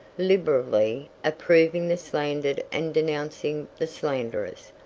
liberally approving the slandered and denouncing the slanderers.